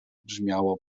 brzmiało